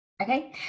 Okay